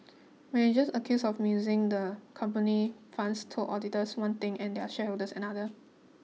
managers accused of musing the company's funds told auditors one thing and their shareholders another